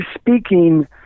speaking